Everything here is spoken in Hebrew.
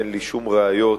אין לי שום ראיות